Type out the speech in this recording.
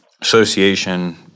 association